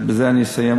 ובזה אני אסיים,